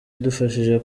idufashije